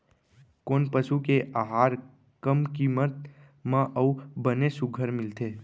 कोन पसु के आहार कम किम्मत म अऊ बने सुघ्घर मिलथे?